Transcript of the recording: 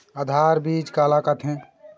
आधार बीज का ला कथें?